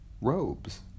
robes